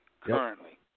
Currently